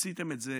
עשיתם את זה